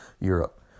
Europe